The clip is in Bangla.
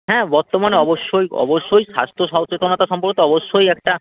হ্যাঁ বর্তমানে অবশ্যই অবশ্যই স্বাস্ত্য সচেতনতা সম্পর্কে তো অবশ্যই একটা